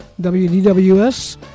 WDWS